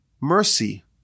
mercy